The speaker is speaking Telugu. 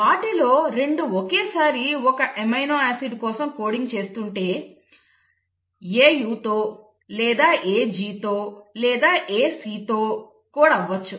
వాటిలో 2 ఒకేసారి ఒక అమైనో ఆసిడ్ కోసం కోడింగ్ చేస్తుంటే A U తో లేదా A G తో లేదా A Cతో కోడ్ అవ్వవచ్చు